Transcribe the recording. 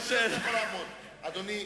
עד להיכן נגיע, אדוני?